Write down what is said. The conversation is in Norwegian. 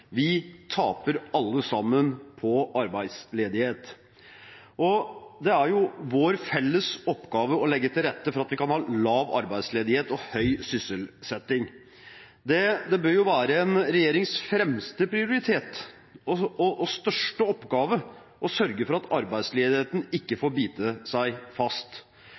vi taper alle sammen på arbeidsledighet. Det er vår felles oppgave å legge til rette for at vi kan ha lav arbeidsledighet og høy sysselsetting. Det bør være en regjerings fremste prioritet og største oppgave å sørge for at arbeidsledigheten ikke får bite seg fast.